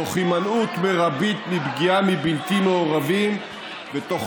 תוך הימנעות מרבית מפגיעה מבלתי-מעורבים ותוך